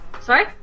Sorry